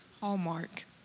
Hallmark